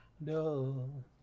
No